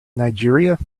nigeria